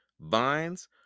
vines